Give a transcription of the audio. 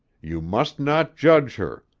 you must not judge her,